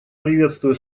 приветствую